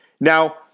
Now